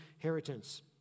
inheritance